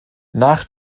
nach